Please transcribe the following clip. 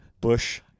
Bush